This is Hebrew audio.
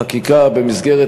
החוקה, חוק ומשפט נתקבלה.